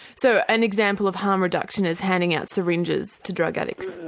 so an example of harm reduction is handing out syringes to drug addicts?